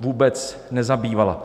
vůbec nezabývala.